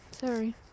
sorry